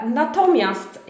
natomiast